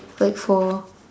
like for